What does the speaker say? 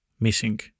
missing